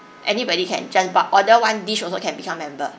anybody can just by order one dish also can become member